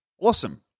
Awesome